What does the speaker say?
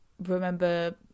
remember